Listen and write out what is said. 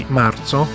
marzo